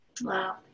Wow